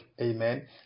amen